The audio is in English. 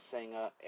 singer